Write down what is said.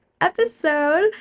episode